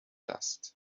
dust